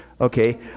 okay